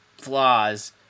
flaws